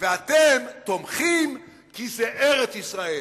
ואתם תומכים כי זה ארץ-ישראל.